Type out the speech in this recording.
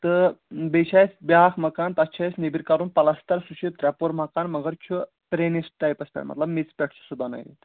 تہٕ بیٚیہِ چھِ اَسہِ بیٛاکھ مکان تَتھ چھِ اَسہِ نیٚبٕرۍ کَرُن پَلستَر سُہ چھُ ترٛےٚ پور مکان مگر چھُ پرٛٲنِس ٹایپَس پٮ۪ٹھ مطلب میٚژِ پٮ۪ٹھ چھِ سُہ بَنٲیِتھ